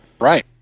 right